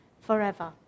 forever